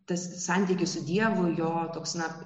tas santykis su dievu jo toks na